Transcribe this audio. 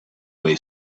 way